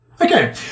Okay